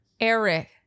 Eric